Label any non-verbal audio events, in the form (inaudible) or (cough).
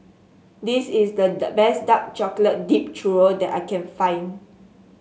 this is the (unintelligible) best Dark Chocolate Dipped Churro that I can find